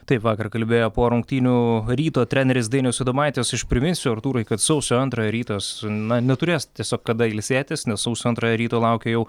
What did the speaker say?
taip vakar kalbėjo po rungtynių ryto treneris dainius adomaitis aš priminsiu artūrai sausio antrąją rytas na neturės tiesiog kada ilsėtis nes sausio antrąją ryto laukia jau